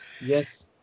yes